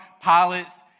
pilots